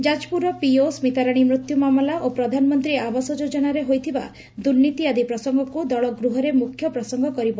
ଯାକପୁରର PEO ସ୍କିତାରାଣୀ ମୃତ୍ୟୁ ମାମଲା ଓ ପ୍ରଧାନମନ୍ତୀ ଆବାସ ଯୋଜନାରେ ହୋଇଥିବା ଦୁର୍ନୀତି ଆଦି ପ୍ରସଙ୍ଙକୁ ଦଳ ଗୃହରେ ମୁଖ୍ୟ ପ୍ରସଙ୍ଙ କରିବ